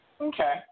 Okay